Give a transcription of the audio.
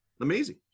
amazing